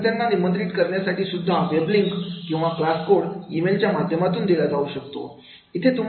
विद्यार्थ्यांना निमंत्रित करण्यासाठीसुद्धा वेब लिंक किंवा क्लास कोड ई मेलच्या माध्यमातून दिला जाऊ शकतो